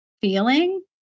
feeling